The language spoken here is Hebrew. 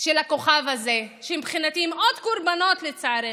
של הכוכב הזה, שמבחינתי הם עוד קורבנות, לצערנו,